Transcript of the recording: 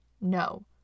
No